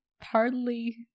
hardly